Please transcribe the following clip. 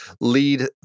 lead